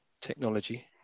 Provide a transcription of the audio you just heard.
technology